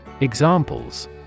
Examples